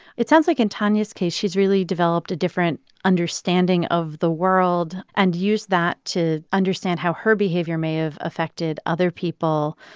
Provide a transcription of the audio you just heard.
it sounds like, in tonia's case, she's really developed a different understanding of the world and used that to understand how her behavior may have affected other people,